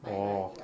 orh